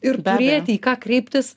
ir turėti į ką kreiptis